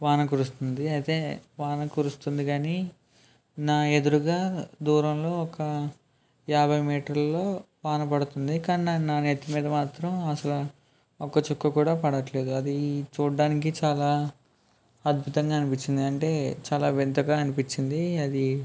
వాన కురుస్తుంది అయితే వాన కురుస్తుంది కానీ నా ఎదురుగా దూరంలో ఒక యాభై మీటర్లు వాన పడుతుంది కానీ నా నెత్తి మీద మాత్రం అసలు ఒక్క చుక్క కూడా పడట్లేదు అది చూడటానికి చాలా అద్భుతంగా అనిపించింది అంటే చాలా వింతగా అనిపించింది అది